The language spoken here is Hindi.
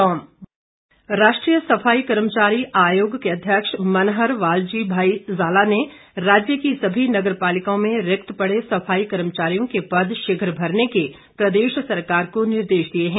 जाला राष्ट्रीय सफाई कर्मचारी आयोग के अध्यक्ष मनहर वालजी भाई ज़ाला ने राज्य की सभी नगर पालिकाओं में रिक्त पड़े सफाई कर्मचारियों के पद शीघ्र भरने के प्रदेश सरकार को निर्देश दिए हैं